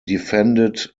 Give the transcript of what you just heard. defended